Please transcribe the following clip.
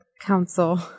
council